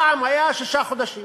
פעם היה שישה חודשים